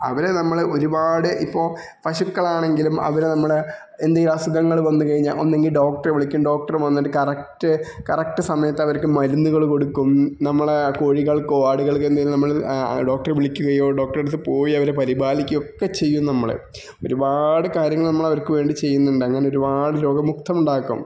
അവരെ നമ്മള് ഒരുപാട് ഇപ്പോൾ പശുക്കളാണെങ്കിലും അവര് നമ്മുടെ എന്നീ അസുഖങ്ങള് വന്ന് കഴിഞ്ഞാൽ ഒന്നെങ്കിൽ ഡോക്ടറെ വിളിക്കും ഡോക്ടറ് വന്നിട്ട് കറക്റ്റ് കറക്റ്റ് സമയത്തവർക്ക് മരുന്നുകള് കൊടുക്കും നമ്മളുടെ കോഴികൾക്കോ ആടുകൾക്കെന്തേ നമ്മള് ഡോക്ടറെ വിളിക്കുകയോ ഡോക്ടറടുത്ത് പോയി അവരെ പരിപാലിക്കുകയൊക്കെ ചെയ്യും നമ്മള് ഒരുപാട് കാര്യങ്ങള് നമ്മളവർക്ക് വേണ്ടി ചെയ്യുന്നുണ്ട് അങ്ങനൊരുപാട് രോഗമുക്തമുണ്ടാക്കും